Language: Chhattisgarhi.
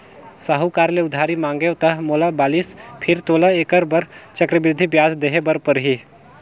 साहूकार ले उधारी मांगेंव त मोला बालिस फेर तोला ऐखर बर चक्रबृद्धि बियाज देहे बर परही